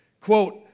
quote